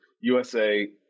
USA